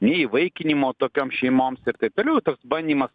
nei įvaikinimo tokioms šeimoms ir taip toliau toks bandymas